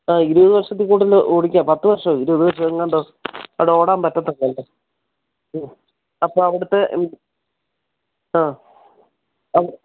ആ ഇരുപത് വർഷത്തിൽ കൂടുതൽ ഓടിക്കാം പത്ത് വർഷമോ ഇരുപത് വർഷമോ എങ്ങാണ്ട് അവിടെ ഓടാൻ പറ്റത്തുള്ളു അല്ലോ മ് അപ്പം അവിടുത്തെ ഹമ് ആ ആ